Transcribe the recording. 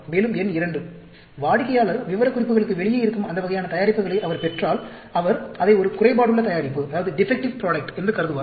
மேலும் எண் 2 வாடிக்கையாளர் விவரக்குறிப்புகளுக்கு வெளியே இருக்கும் அந்த வகையான தயாரிப்புகளை அவர் பெற்றால் அவர் அதை ஒரு குறைபாடுள்ள தயாரிப்பு என்று கருதுவார்